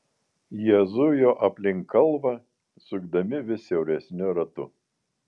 jie zujo aplink kalvą sukdami vis siauresniu ratu